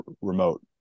remote